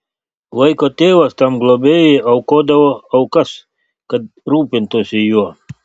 vaiko tėvas tam globėjui aukodavo aukas kad rūpintųsi juo